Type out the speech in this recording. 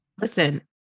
listen